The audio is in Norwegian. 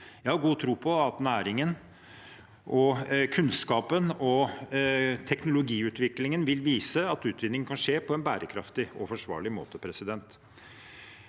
Jeg har god tro på at næringen, kunnskapen og teknologiutviklingen vil vise at utvinning kan skje på en bærekraftig og forsvarlig måte. Norge